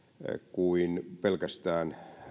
kuin mitä saataisiin pelkästään